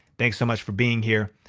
thanks so much for being here.